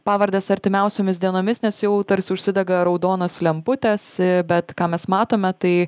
pavardes artimiausiomis dienomis nes jau tarsi užsidega raudonos lemputės bet ką mes matome tai